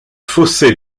fossé